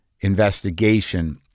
investigation